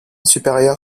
supérieur